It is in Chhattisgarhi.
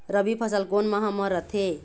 रबी फसल कोन माह म रथे?